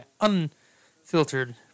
unfiltered